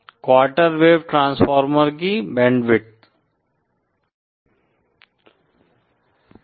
quarter wave transformer की bandwidth